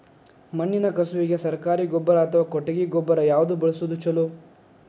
ಮಣ್ಣಿನ ಕಸುವಿಗೆ ಸರಕಾರಿ ಗೊಬ್ಬರ ಅಥವಾ ಕೊಟ್ಟಿಗೆ ಗೊಬ್ಬರ ಯಾವ್ದು ಬಳಸುವುದು ಛಲೋ?